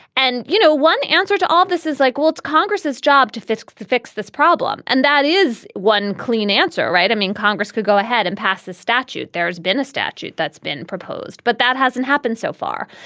and you know one answer to all this is like well it's congress's job to fix fix this problem. and that is one clean answer right. i mean congress could go ahead and pass the statute. there has been a statute that's been proposed but that hasn't happened so far.